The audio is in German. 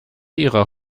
ihrer